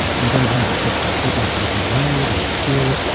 we don't have effective treatments to delay it or to cure it,